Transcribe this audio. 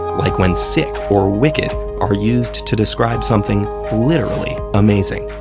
like when sick or wicked are used to describe something literally amazing.